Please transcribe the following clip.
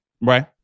right